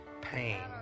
Pain